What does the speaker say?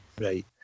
Right